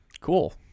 Cool